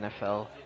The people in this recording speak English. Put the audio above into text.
NFL